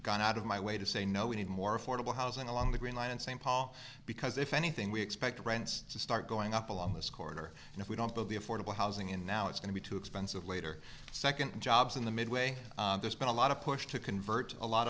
gone out of my way to say no we need more affordable housing along the green line in st paul because if anything we expect rents to start going up along this corridor and if we don't go the affordable housing in now it's going to be too expensive later second jobs in the midway there's been a lot of push to convert a lot